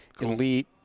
elite